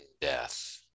death